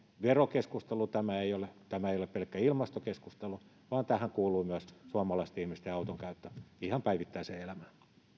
verokeskustelu tämä ei ole tämä ei ole pelkkä ilmastokeskustelu vaan tähän kuuluu myös suomalaisten ihmisten auton käyttö ihan päivittäiseen elämään